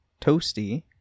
Toasty